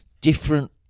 different